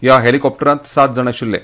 ह्या हॅलिकॉप्टरांत सात जाण आशिल्ले